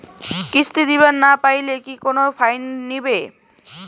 কিস্তি দিবার না পাইলে কি কোনো ফাইন নিবে?